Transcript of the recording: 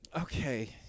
Okay